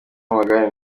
w’amagare